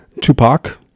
Tupac